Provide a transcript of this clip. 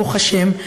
ברוך השם,